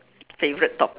favorite topi~